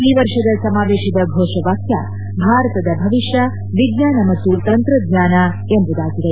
ಈ ವರ್ಷದ ಸಮಾವೇಶದ ಫೋಷವಾಕ್ಯ ಭಾರತದ ಭವಿಷ್ಯ ವಿಜ್ಞಾನ ಮತ್ತು ತಂತ್ರಜ್ಞಾನ ಎಂಬುದಾಗಿದೆ